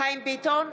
חיים ביטון,